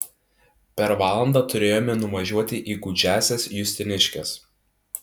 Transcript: per valandą turėjome nuvažiuoti į gūdžiąsias justiniškes